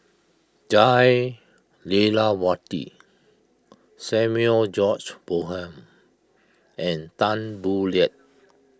Jah Lelawati Samuel George Bonham and Tan Boo Liat